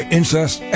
incest